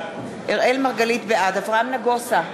בעד אברהם נגוסה,